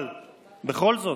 אבל בכל זאת,